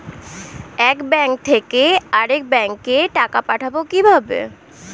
এক ব্যাংক থেকে আরেক ব্যাংকে টাকা পাঠাবো কিভাবে?